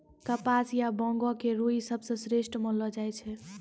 कपास या बांगो के रूई सबसं श्रेष्ठ मानलो जाय छै